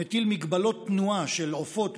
הגבלות תנועה של עופות,